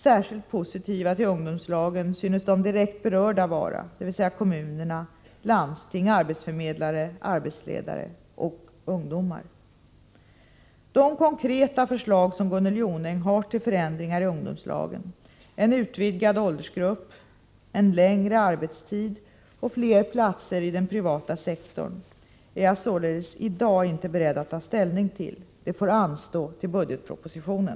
Särskilt positiva till ungdomslagen synes de direkt berörda vara, dvs. kommuner, landsting, arbetsförmedlare, arbetsledare och ungdomar. De konkreta förslag som Gunnel Jonäng har till förändringarna i ungdomslagen — en utvidgad åldersgrupp, längre arbetstid och fler platser i den privata sektorn — är jag således i dag inte beredd att ta ställning till. Det får anstå till budgetpropositionen.